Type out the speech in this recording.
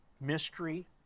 mystery